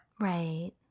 right